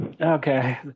Okay